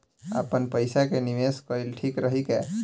आपनपईसा के निवेस कईल ठीक रही का?